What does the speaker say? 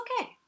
okay